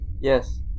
Yes